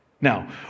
Now